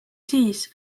siis